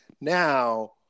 Now